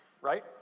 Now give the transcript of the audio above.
right